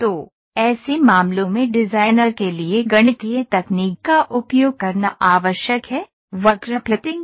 तो ऐसे मामलों में डिजाइनर के लिए गणितीय तकनीक का उपयोग करना आवश्यक है वक्र फिटिंग का